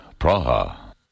Praha